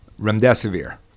remdesivir